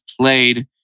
played